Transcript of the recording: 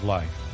life